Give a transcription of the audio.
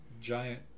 giant